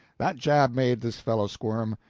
that jab made this fellow squirm.